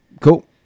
Cool